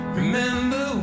remember